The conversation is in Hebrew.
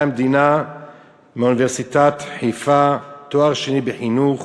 המדינה מאוניברסיטת חיפה ותואר שני בחינוך